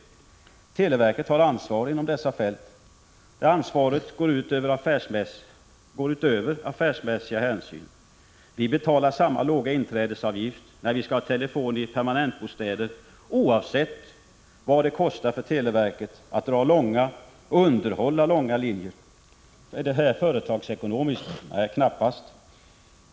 Televerket har ansvar inom dessa fält. Det ansvaret går utöver affärsmässiga hänsyn. Vi betalar samma låga inträdesavgift när vi skall ha telefon i permanentbostäder, oavsett vad det kostar för televerket att dra långa — och underhålla långa — linjer. Är detta företagsekonomiskt? Nej, knappast.